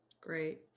Great